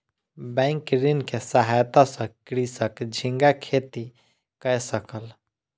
bank ऋण के सहायता सॅ कृषक झींगा खेती कय सकल